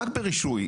רק ברישוי,